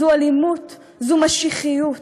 זו אלימות, זו משיחיות.